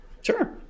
sure